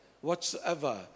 whatsoever